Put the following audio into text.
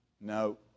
no